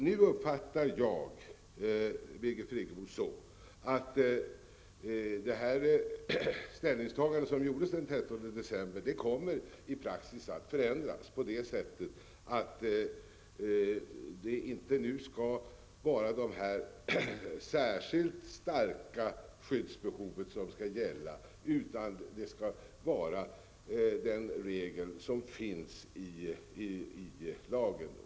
Jag uppfattar nu Birgit Friggebo så, att detta ställningstagande som gjordes den 13 december kommer i praxis att förändras så att det inte skall vara det särskilt starka skyddsbehovet som skall gälla, utan den regel som finns i lagen.